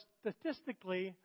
statistically